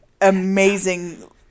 amazing